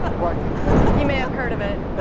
ah quite you may have heard of it.